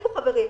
תקשיבו חברים,